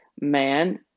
man